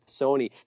Sony